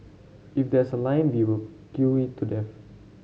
if there's a line we will queue it to death